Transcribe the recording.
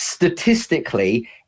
Statistically